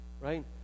Right